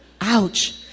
Ouch